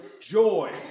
joy